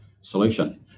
solution